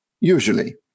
usually